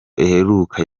iheruka